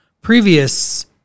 previous